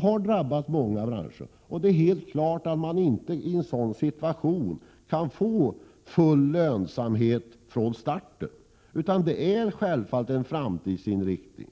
har drabbat många branscher, och det är helt klart att man i en sådan situation inte kan få full lönsamhet från starten, utan det får bli en framtidsinriktning.